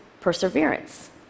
perseverance